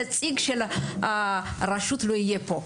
ונציג של הרשות לא יהיה פה.